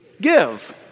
give